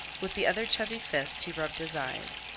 with the other chubby fist he rubbed his eyes,